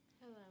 Hello